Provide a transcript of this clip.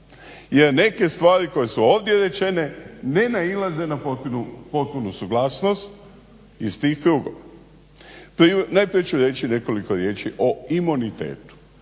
jer neke stvari koje su ovdje rečene ne nailaze na potpunu suglasnost iz tih krugova. Najprije ću reći nekoliko riječi o imunitetu.